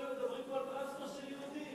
כל יום מדברים פה על טרנספר של יהודים.